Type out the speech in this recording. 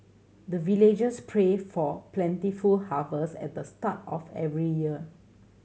the villagers pray for plentiful harvest at the start of every year